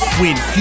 Win